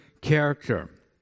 character